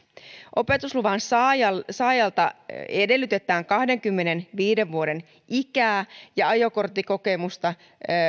opetusluvan saajalta saajalta edellytetään kahdenkymmenenviiden vuoden ikää ja ajokorttikokemusta